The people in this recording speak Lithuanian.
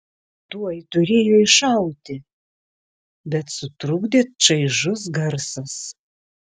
tuoj turėjo iššauti bet sutrukdė čaižus garsas